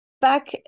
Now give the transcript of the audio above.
back